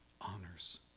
honors